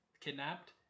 kidnapped